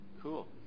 Cool